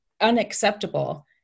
unacceptable